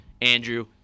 Andrew